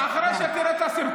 מה זה לא הוגן?